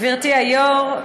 גברתי היו"ר,